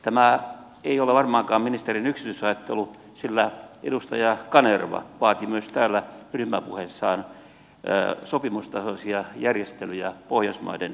tämä ei ole varmaankaan ministerin yksityisajattelu sillä edustaja kanerva vaati myös täällä ryhmäpuheessaan sopimustasoisia järjestelyjä pohjoismaiden välillä